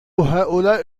هؤلاء